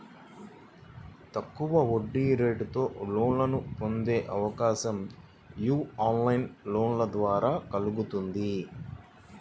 తక్కువ వడ్డీరేటుతో లోన్లను పొందే అవకాశం యీ ఆన్లైన్ లోన్ల ద్వారా కల్గుతుంది